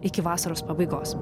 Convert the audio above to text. iki vasaros pabaigos